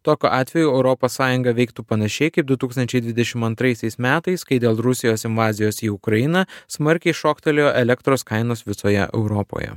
tokiu atveju europos sąjunga veiktų panašiai kaip du tūkstančiai dvidešim antraisiais metais kai dėl rusijos invazijos į ukrainą smarkiai šoktelėjo elektros kainos visoje europoje